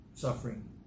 suffering